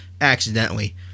accidentally